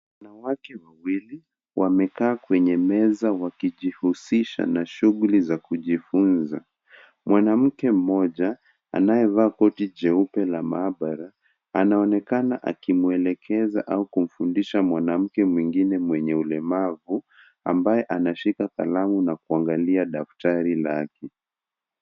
Wanawake wawili wamekaa kwenye meza wakijihusisha na shughuli za kujifunza. Mwanamke mmoja anayevaa koti jeupe la maabara, anaonekana akimuelekeza au kumfundisha mwanamke mwingine mwenye ulemavu, ambaye anashika kalamu na kuangalia daftari lake.